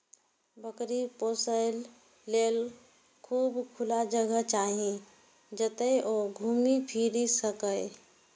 बकरी पोसय लेल खूब खुला जगह चाही, जतय ओ घूमि फीरि सकय